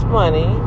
money